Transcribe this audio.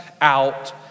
out